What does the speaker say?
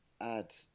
add